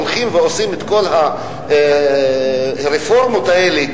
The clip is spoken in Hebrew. שהולכים ועושים את כל הרפורמות האלה,